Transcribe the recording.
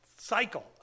cycle